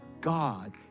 God